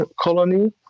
colony